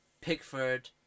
Pickford